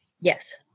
Yes